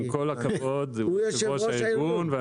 עם כל הכבוד ליושב ראש הארגון,